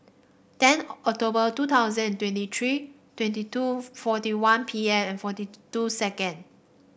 ten October two thousand and twenty three twenty two forty one P M and forty two second